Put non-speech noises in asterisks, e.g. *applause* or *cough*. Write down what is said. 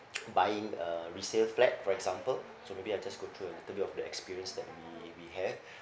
*noise* buying a resale flat for example so maybe I just go through a little bit of the experienced that we we have